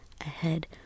ahead